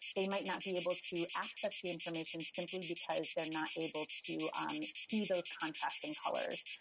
they might not be able to access the information simply because they're not able to um see those contrasting colors